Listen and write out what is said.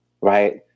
right